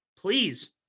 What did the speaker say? please